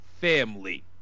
family